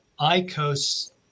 Icos